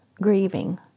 grieving